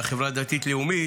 מהחברה הדתית-לאומית,